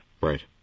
Right